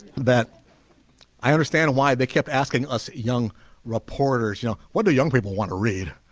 that i understand why they kept asking us young reporters you know what do young people want to read